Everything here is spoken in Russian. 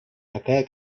такая